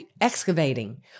excavating